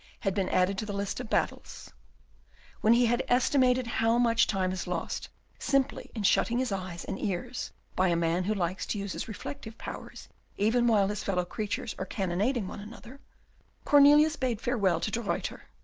had been added to the list of battles when he had estimated how much time is lost simply in shutting his eyes and ears by a man who likes to use his reflective powers even while his fellow creatures are cannonading one another cornelius bade farewell to de ruyter,